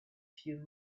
few